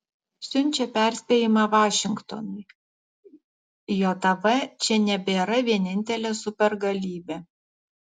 siunčia perspėjimą vašingtonui jav čia nebėra vienintelė supergalybė